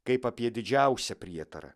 kaip apie didžiausią prietarą